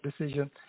decision